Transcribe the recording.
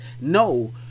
No